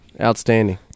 outstanding